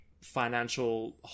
financial